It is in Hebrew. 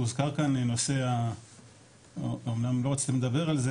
הוזכר כאן נושא ה- - אמנם לא רציתם לדבר על זה,